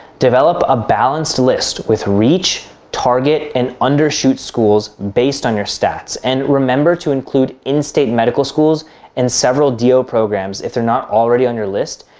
develop a balanced list with reach, target, and undershoot schools based on your stats. and remember to include in-state medical schools and several d o. programs if they're not already on your list,